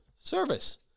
service